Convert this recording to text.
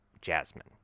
Jasmine